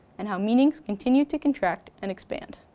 and how meanings continue to contract and expand.